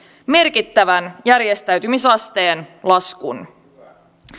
merkittävän järjestäytymisasteen laskun